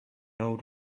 old